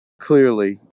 Clearly